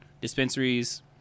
dispensaries